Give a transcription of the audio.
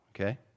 Okay